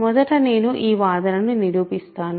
మొదట నేను ఈ వాదన ను నిరూపిస్తాను